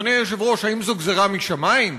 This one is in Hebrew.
אדוני היושב-ראש, האם זו גזירה משמים?